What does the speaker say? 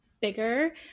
bigger